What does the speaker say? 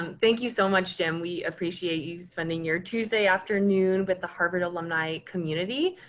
and thank you so much, jim. we appreciate you spending your tuesday afternoon with the harvard alumni community.